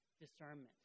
discernment